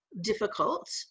difficult